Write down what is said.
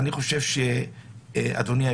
אדוני,